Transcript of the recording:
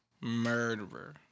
Murderer